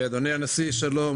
אדוני הנשיא, שלום.